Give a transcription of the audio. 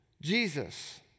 Jesus